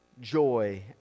joy